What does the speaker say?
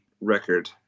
record